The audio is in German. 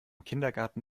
kindergarten